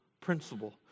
principle